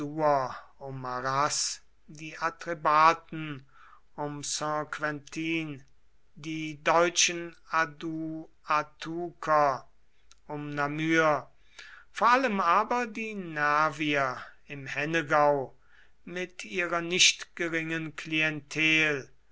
die atrebaten um saint quentin die deutschen aduatuker um namur vor allem aber die nervier im hennegau mit ihrer nicht geringen klientel